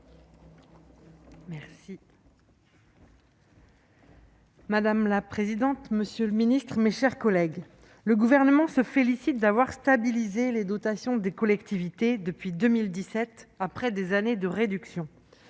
Madame la présidente, monsieur le ministre, mes chers collègues, le Gouvernement se félicite d'avoir « stabilisé » les dotations des collectivités territoriales depuis 2017, après des années de réduction.